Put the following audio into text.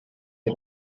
les